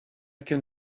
can